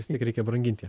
vis tiek reikia brangint ją